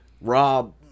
Rob